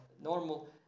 normal